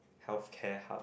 healthcare hub